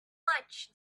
much